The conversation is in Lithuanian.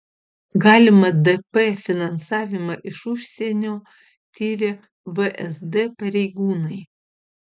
galimą dp finansavimą iš užsienio tiria vsd pareigūnai